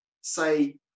say